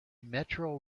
metro